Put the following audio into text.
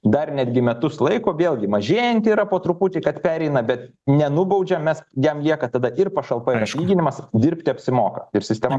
dar netgi metus laiko vėlgi mažėjanti yra po truputį kad pereina bet nenubaudžiam mes jam lieka tada ir pašalpa ir atlyginimas dirbti apsimoka ir sistema